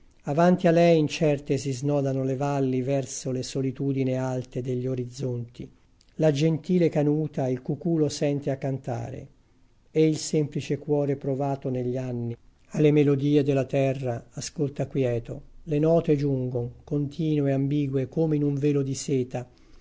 avanti a lei incerte si snodano le valli verso le solitudini alte de gli orizzonti la gentile canuta il cuculo sente a cantare e il semplice cuore provato negli anni a le melodie della terra ascolta quieto le note giungon continue ambigue come in un velo di seta